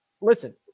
listen